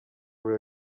were